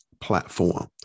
platform